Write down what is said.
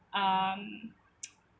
um